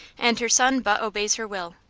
and her son but obeys her will.